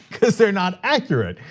cuz they're not accurate.